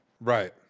Right